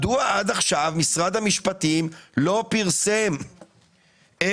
מדוע עד עכשיו משרד המשפטים לא פרסם את